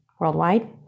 Worldwide